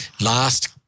last